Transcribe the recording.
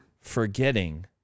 Forgetting